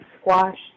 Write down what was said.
squash